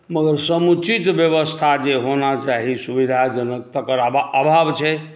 मगर समुचित बेबस्था जे होना चाही सुविधाजनक तकर अभाव छै